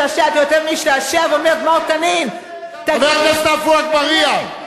אתה, חבר הכנסת עפו אגבאריה,